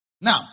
Now